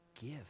give